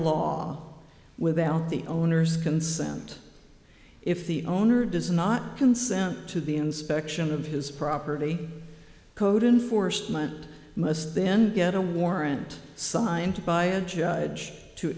law without the owner's consent if the owner does not consent to the inspection of his property code enforcement must then get a warrant signed by a judge to